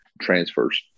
transfers